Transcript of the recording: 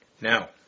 Now